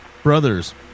Brothers